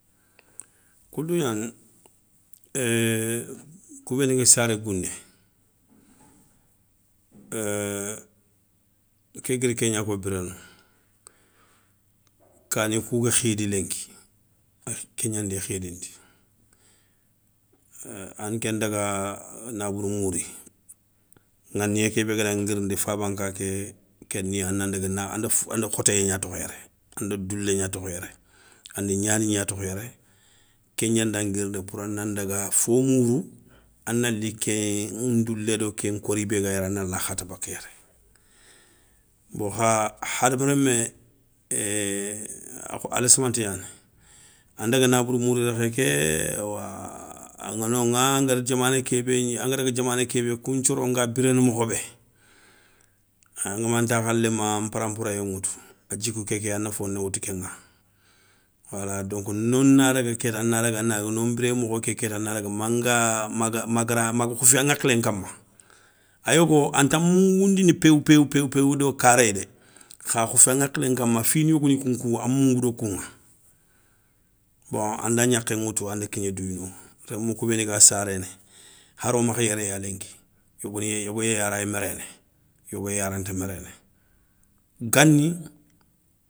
Koundou gnani kou béni ga saré gouné ké guiri kégnako bironou, kani kouga khidi lenki ké gnandi khidindi, anké ndaga nabourou mouri, ŋanniyé ké bé gada ngirindi faba nka ké kéniya ana ndaga na anda anda khotéyé gna tokho yéré. Anda doulé gna tokho yéré, anda gnani gna tokho yéré, ké gnada nguirindi poura nan daga fo mourou, ana li ke ndoulédo ke nkori bé ga yéré anala khata baka yéré. Bon kha hadama rémé a léssmanté gnani, an daga nabourou mouri rékhé awa aŋa noŋa angada diamané kébé gni anga daga diamané kébé kou nthioro nga biréné mokho bé. Angama ntakhaléma, nparaporéyé ŋoutou a djikou kéké a na foné woutou kéŋa, wala donko nona daga kéta ana daga ana daga no nbiré mokho ké kéta, ana daga manga maga magara, maga khoufi an ŋakhilé nkama, a yogo anta moungoundini péw péw péw do karayi dé kha khoufi a ŋakhilé nkama fini yogoni kounkou a moungou do kouŋa. Bon anda gnakhé ŋoutou anda kigna douya noŋa rémou kou béni ga saréné haro makha yéré ya lenki, yogo yéyi aray méréné yogo yéyi a ranta méréné, gani.